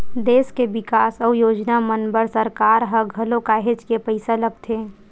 देस के बिकास अउ योजना मन बर सरकार ल घलो काहेच के पइसा लगथे